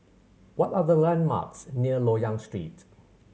what are the landmarks near Loyang Street